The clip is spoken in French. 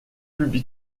publie